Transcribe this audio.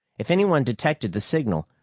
if anyone detected the signal,